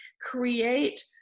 create